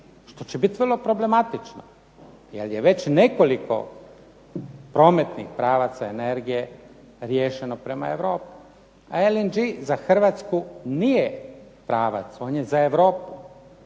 što će biti vrlo problematično jer je već nekoliko prometnih pravaca energije riješeno prema Europi, a LNG za Hrvatsku nije pravac. On je za Europu,